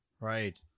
Right